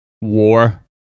war